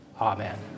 Amen